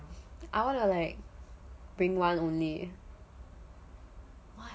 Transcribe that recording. I want to like bring one only